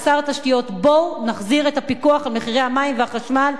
לשר התשתיות: בואו נחזיר את הפיקוח על מחירי המים והחשמל.